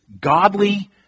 godly